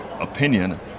opinion